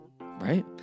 Right